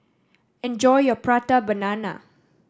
enjoy your Prata Banana